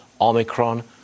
Omicron